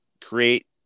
create